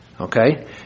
Okay